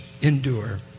endure